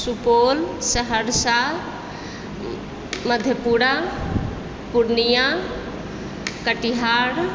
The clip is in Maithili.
सुपौल सहरसा मधेपुरा पूर्णिया कटिहार